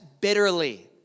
bitterly